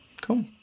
Cool